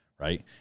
right